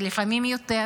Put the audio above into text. ולפעמים יותר,